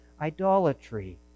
idolatry